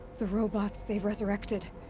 the robots they've resurrected.